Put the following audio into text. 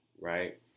right